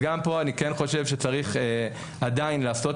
אז גם פה אני כן חושב שצריך עדיין לעשות